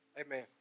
Amen